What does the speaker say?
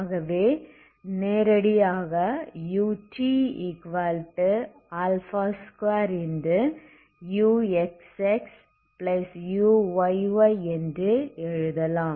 ஆகவே நேரடியாக ut2uxxuyy என்று எழுதலாம்